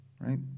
right